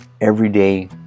everyday